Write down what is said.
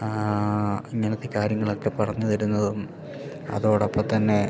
ആ ആ ഇങ്ങനത്തെ കാര്യങ്ങളൊക്കെ പറഞ്ഞു തരുന്നതും അതോടൊപ്പം തന്നെ